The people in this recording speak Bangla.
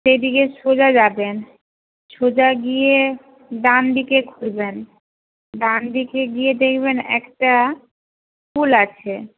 সেই দিকে সোজা যাবেন সোজা গিয়ে ডান দিকে ঘুরবেন ডান দিকে গিয়ে দেখবেন একটা স্কুল আছে